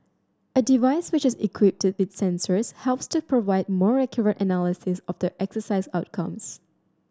a device which is equipped with sensors helps to provide more accurate analysis of the exercise outcomes